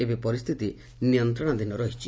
ଏବେ ପରିସ୍କିତି ନିୟନ୍ତଣାଧୀନ ରହିଛି